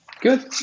Good